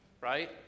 Right